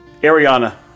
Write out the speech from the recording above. Ariana